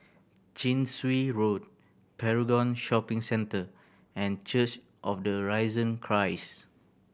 Chin Swee Road Paragon Shopping Centre and Church of the Risen Christ